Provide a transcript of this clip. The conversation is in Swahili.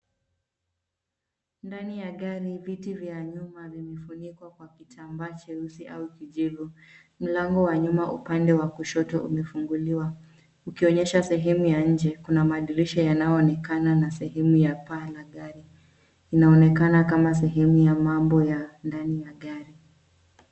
Ndani ya gari, viti vya nyuma vimefunikwa kwa kitambaa cheusi au kijivu. Mlango wa nyuma upande wa kushoto umefunguliwa, ukionyesha sehemu ya nje kuna madirisha yanayoonekana na sehemu ya paa la gari inayonekana kama sehemu ya mambo ya ndani ya gari.